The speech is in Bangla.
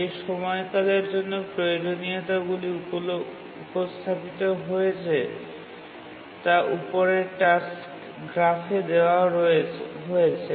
যে সময়কালের জন্য প্রয়োজনীয়তাগুলি উপস্থাপিত হয়েছে তা উপরের টাস্ক গ্রাফে দেওয়া হয়েছে